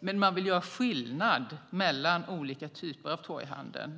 Men man vill göra skillnad mellan olika typer av torghandel.